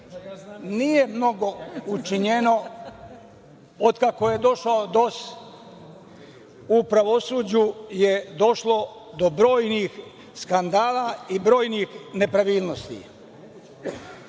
nije mnogo učinjeno. Od kako je došao DOS, u pravosuđu je došlo do brojnih skandala i brojnih nepravilnosti. Kada